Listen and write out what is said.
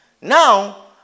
Now